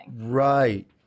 Right